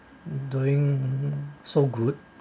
doing so good